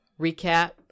recap